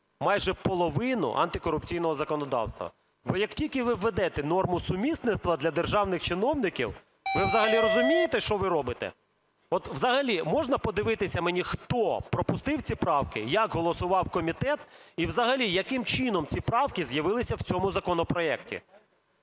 майже половину антикорупційного законодавства? Бо як тільки ви введете норму сумісництва для державних чиновників… Ви взагалі розумієте, що ви робите? От взагалі можна подивитися мені, хто пропустив ці правки, як голосував комітет і взагалі як ці правки з'явилися в цьому законопроекті?